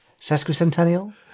sesquicentennial